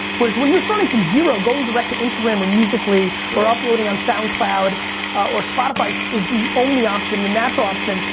whereas when you're starting from zero going direct to instagram or musical ly or uploading on soundcloud or spotify is the only option, the natural option.